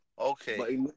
Okay